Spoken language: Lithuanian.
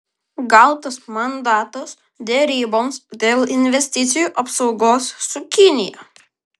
gautas mandatas deryboms dėl investicijų apsaugos su kinija